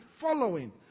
following